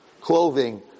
Clothing